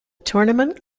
tournament